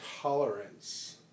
tolerance